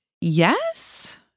yes